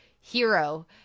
Hero